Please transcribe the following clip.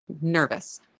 nervous